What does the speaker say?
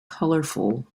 colorful